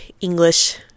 English